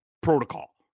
protocol